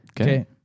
Okay